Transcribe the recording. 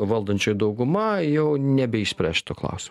valdančioji dauguma jau nebeišspręs šito klausimo